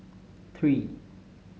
three